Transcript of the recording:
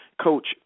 coach